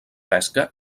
pesca